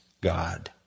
God